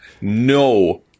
No